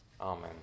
Amen